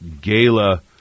gala